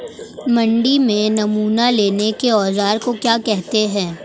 मंडी में नमूना लेने के औज़ार को क्या कहते हैं?